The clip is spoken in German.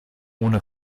ohne